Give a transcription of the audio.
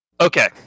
Okay